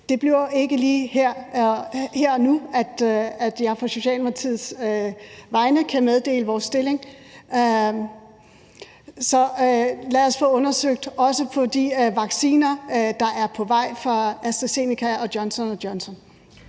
Det bliver ikke lige her og nu, jeg på Socialdemokratiets vegne kan meddele vores stilling. Så lad os få undersøgt det, også hvad angår de vacciner, der er på vej fra AstraZeneca og Johnson og Johnson.